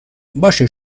باشه